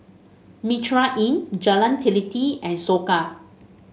Mitraa Inn Jalan Teliti and Soka